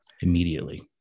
Immediately